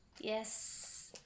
Yes